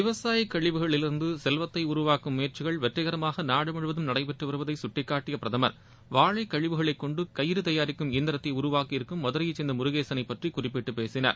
விவசாயக் கழிவுகளிலிருந்து செல்வத்தை உருவாக்கும் முயற்சிகள் வெற்றிகரமாக நாடுமுமுவதும் நடைபெற்று வருவதை சட்டிக்காட்டிய பிரதமர் வாளழக் கழிவுகளை கொண்டு கயிறு தயாரிக்கும் இயந்திரத்தை உருவாக்கி இருக்கும் மதுரையை சேர்ந்த முருகேசனை பற்றி குறிப்பிட்டு பேசினார்